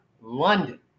London